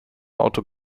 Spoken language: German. auto